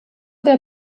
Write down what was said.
der